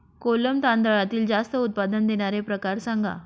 कोलम तांदळातील जास्त उत्पादन देणारे प्रकार सांगा